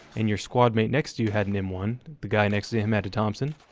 and your squad-mate next to you had an m one, the guy next to him had a thompson,